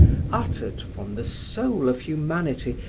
uttered, from the soul of humanity,